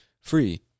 free